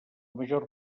major